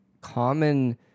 common